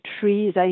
trees